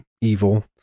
evil